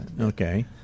Okay